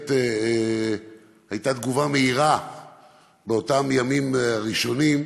ובאמת הייתה תגובה מהירה באותם ימים ראשונים,